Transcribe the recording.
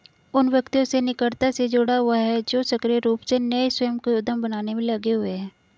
उन व्यक्तियों से निकटता से जुड़ा हुआ है जो सक्रिय रूप से नए स्वयं के उद्यम बनाने में लगे हुए हैं